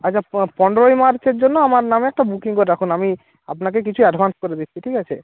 আচ্ছা পনেরোই মার্চের জন্য আমার নামে একটা বুকিং করে রাখুন আমি আপনাকে কিছু অ্যাডভান্স করে দিচ্ছি ঠিক আছে